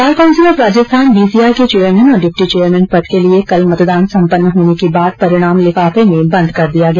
bar council of Rajasthan BCR के chairman और deputy chairman पद के लिए कल मतदान सम्पन्न होने के बाद परिणाम लिफाफे में बंद कर दिया गया